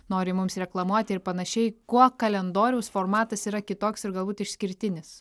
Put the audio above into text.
nori mums reklamuoti ir panašiai kuo kalendoriaus formatas yra kitoks ir galbūt išskirtinis